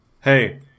Hey